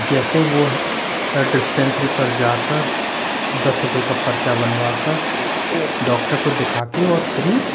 जैसे वह हर डिस्पेंसरी पर जाकर दस रुपये का पर्चा बनवाकर डॉक्टर को दिखा कर और फ़्री